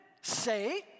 say